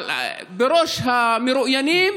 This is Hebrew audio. בראש המרואיינים: